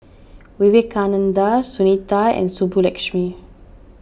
Vivekananda Sunita and Subbulakshmi